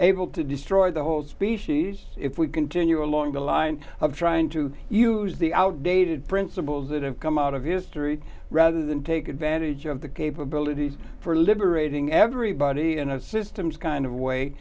able to destroy the whole species if we continue along the line of trying to use the outdated principles that have come out of history rather than take advantage of the capabilities for liberating everybody in a systems kind of way